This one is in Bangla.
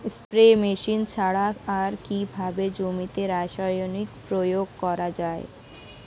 স্প্রে মেশিন ছাড়া আর কিভাবে জমিতে রাসায়নিক প্রয়োগ করা যায়?